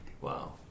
Wow